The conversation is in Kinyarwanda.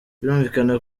birumvikana